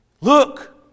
Look